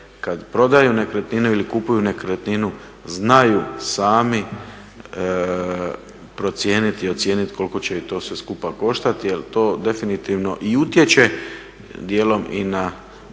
kad prodaju nekretninu ili kupuju nekretninu znaju sami procijeniti i ocijeniti koliko će ih to sve skupa koštati. Jer to definitivno i utječe dijelom i na